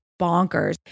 bonkers